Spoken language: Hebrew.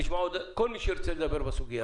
נשמע את כל מי שירצה לדבר בסוגיה הזאת.